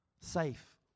safe